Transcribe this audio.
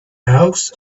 elks